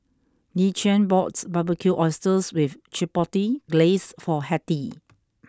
Dequan bought Barbecued Oysters with Chipotle Glaze for Hettie